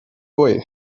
away